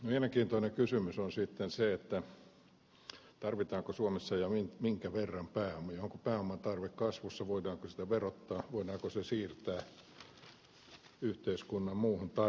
mielenkiintoinen kysymys on sitten se tarvitaanko suomessa pääomia ja minkä verran onko pääomatarve kasvussa voidaanko pääomaa verottaa voidaanko se siirtää yhteiskunnan muihin tarpeisiin